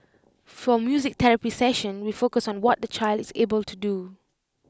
for music therapy session we focus on what the child is able to do